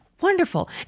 Wonderful